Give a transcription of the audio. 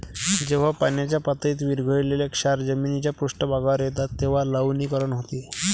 जेव्हा पाण्याच्या पातळीत विरघळलेले क्षार जमिनीच्या पृष्ठभागावर येतात तेव्हा लवणीकरण होते